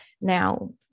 Now